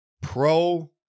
pro